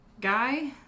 guy